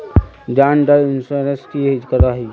जान डार इंश्योरेंस की करवा ई?